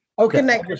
Okay